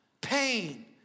pain